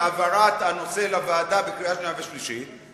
על העברת הנושא בוועדה לקריאה שנייה וקריאה שלישית,